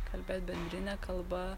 kalbėt bendrine kalba